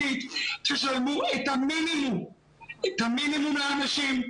תשלמו את המינימום לאנשים.